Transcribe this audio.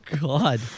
God